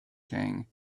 king